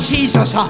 Jesus